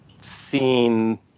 seen